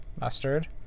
mustard